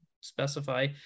specify